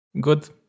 good